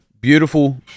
beautiful